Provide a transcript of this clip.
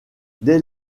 dès